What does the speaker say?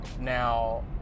Now